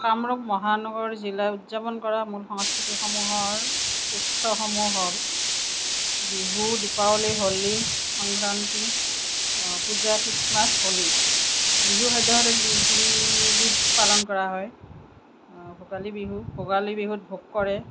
কামৰূপ মহানগৰ জিলাত উদযাপন কৰা মূল সংস্কৃতিসমূহৰ উৎসৱসমূহ হ'ল বিহু দীপাৱলী হোলী সংক্ৰান্তি পূজা খ্ৰীষ্টমাছ হোলী বিহু সদ্যহতে তিনি তিনিবিধ পালন কৰা হয় ভোগালী বিহু ভোগালী বিহুত ভোগ কৰে